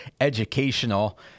educational